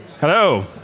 Hello